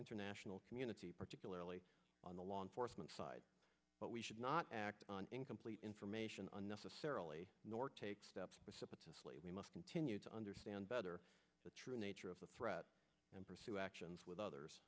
international community particularly on the law enforcement side but we should not act on incomplete information unnecessarily nor take steps we must continue to understand better the true nature of the threat and pursue actions with